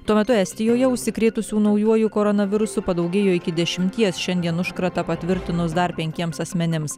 tuo metu estijoje užsikrėtusių naujuoju koronavirusu padaugėjo iki dešimties šiandien užkratą patvirtinus dar penkiems asmenims